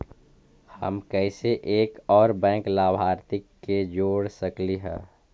हम कैसे एक और बैंक लाभार्थी के जोड़ सकली हे?